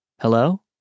hello